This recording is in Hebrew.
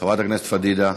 חברת הכנסת פדידה.